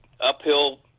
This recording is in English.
uphill